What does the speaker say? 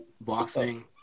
boxing